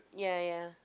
ya ya